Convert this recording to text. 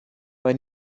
bei